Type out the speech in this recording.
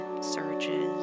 surges